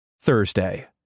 Thursday